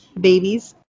babies